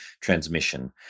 transmission